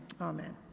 amen